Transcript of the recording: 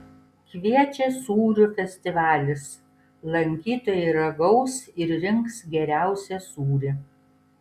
kviečia sūrių festivalis lankytojai ragaus ir rinks geriausią sūrį